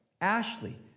Ashley